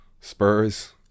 spurs